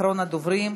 אחרון הדוברים,